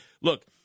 Look